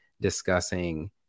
discussing